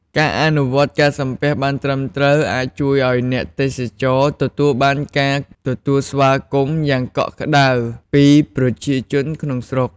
ការអនុវត្តន៍ការសំពះបានត្រឹមត្រូវ អាចជួយឱ្យអ្នកទេសចរទទួលបានការទទួលស្វាគមន៍យ៉ាងកក់ក្ដៅពីប្រជាជនក្នុងស្រុក។